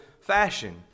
fashion